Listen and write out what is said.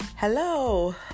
Hello